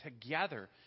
together